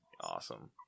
awesome